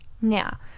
now